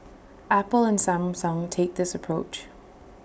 Apple and Samsung take this approach